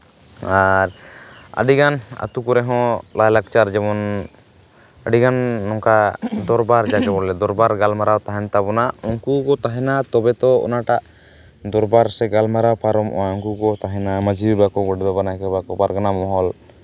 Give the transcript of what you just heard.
ᱟᱨ ᱟᱹᱰᱤᱜᱟᱱ ᱟᱛᱳ ᱠᱚᱨᱮᱱ ᱦᱚᱸ ᱞᱟᱭᱼᱞᱟᱠᱪᱟᱨ ᱡᱮᱢᱚᱱ ᱟᱹᱰᱤᱜᱟᱱ ᱱᱚᱝᱠᱟ ᱫᱚᱨᱵᱟᱨ ᱡᱟᱠᱮ ᱵᱚᱞᱮ ᱫᱚᱨᱵᱟᱨ ᱜᱟᱞᱢᱟᱨᱟᱣ ᱛᱟᱦᱮᱱ ᱛᱟᱵᱚᱱᱟ ᱩᱱᱠᱩ ᱠᱚᱠᱚ ᱛᱟᱦᱮᱱᱟ ᱛᱚᱵᱮ ᱛᱚ ᱚᱱᱟᱴᱟᱜ ᱫᱚᱨᱵᱟᱨ ᱥᱮ ᱜᱟᱞᱢᱟᱨᱟᱣ ᱯᱟᱨᱚᱢᱚᱜᱼᱟ ᱩᱱᱠᱩ ᱠᱚᱠᱚ ᱛᱟᱦᱮᱱᱟ ᱢᱟᱹᱡᱷᱤ ᱵᱟᱵᱟ ᱜᱳᱰᱮᱛ ᱵᱟᱵᱟ ᱱᱟᱭᱠᱮ ᱵᱟᱵᱟ ᱠᱚ ᱯᱟᱨᱜᱟᱱᱟ ᱢᱚᱦᱚᱞ